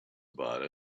about